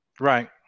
Right